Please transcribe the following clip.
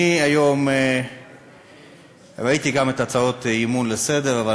אני ראיתי היום גם את הצעות האי-אמון בסדר-היום,